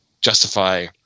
justify